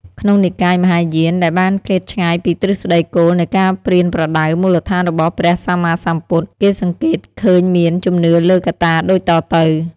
ក្នុងនិកាយមហាយាន ដែលបានឃ្លាតឆ្ងាយពីទ្រឹស្ដីគោលនៃការប្រៀនប្រដៅមូលដ្ឋានរបស់ព្រះសម្មាសម្ពុទ្ធ គេសង្កេតឃើញមានជំនឿលើកត្តាដូចតទៅ៖